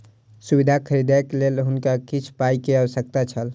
सुविधा खरीदैक लेल हुनका किछ पाई के आवश्यकता छल